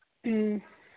ꯎꯝ